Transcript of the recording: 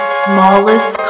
smallest